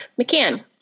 McCann